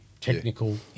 technical